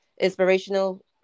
inspirational